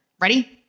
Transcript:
Ready